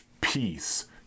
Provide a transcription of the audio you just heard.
peace